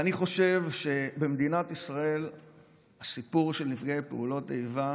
אני חושב שבמדינת ישראל הסיפור של נפגעי פעולות איבה